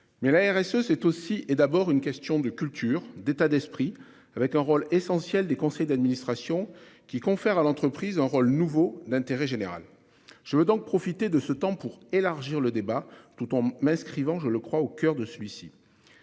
Mais la RSE, c'est aussi et d'abord une question de culture, d'état d'esprit avec un rôle essentiel des conseils d'administration qui confère à l'entreprise un rôle nouveau d'intérêt général. Je veux donc profiter de ce temps pour élargir le débat tout en m'inscrivant je le crois. Au coeur de celui-ci.